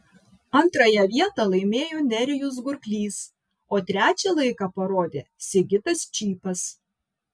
antrąją vietą laimėjo nerijus gurklys o trečią laiką parodė sigitas čypas